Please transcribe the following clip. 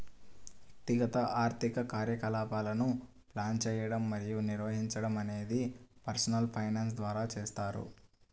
వ్యక్తిగత ఆర్థిక కార్యకలాపాలను ప్లాన్ చేయడం మరియు నిర్వహించడం అనేది పర్సనల్ ఫైనాన్స్ ద్వారా చేస్తారు